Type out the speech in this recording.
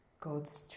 God's